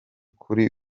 kuri